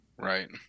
Right